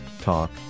Talk